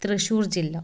തൃശ്ശൂർ ജില്ല